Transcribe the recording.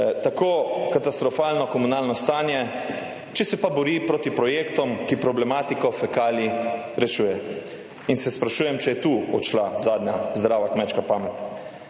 Tako katastrofalno komunalno stanje, če se pa bori proti projektom, ki problematiko fekalij rešuje. In se sprašujem, če je tu odšla zadnja zdrava kmečka pamet,